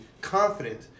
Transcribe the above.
confident